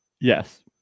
Yes